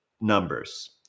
numbers